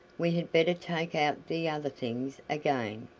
we had better take out the other things again,